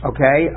Okay